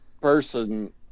person